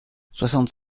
soixante